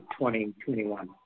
2021